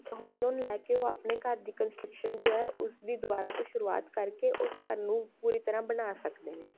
home loan ਲੈ ਕੇ ਉਹ ਆਪਣੇ ਘਰ ਦੀ ਕੰਸਟਰਕਸ਼ਨ ਜੋ ਹੈ ਉਸ ਦੀ ਦੁਬਾਰਾ ਤੋਂ ਸ਼ੁਰੂਆਤ ਕਰਕੇ ਉਸ ਘਰ ਨੂੰ ਪੂਰੀ ਤਰ੍ਹਾਂ ਬਣਾ ਸਕਦੇ ਨੇ